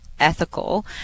Ethical